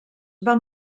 van